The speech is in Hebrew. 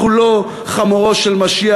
אנחנו לא חמורו של משיח.